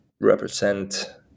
represent